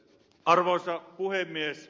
arvoisa puhemies